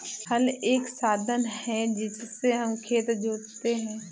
हल एक साधन है जिससे हम खेत जोतते है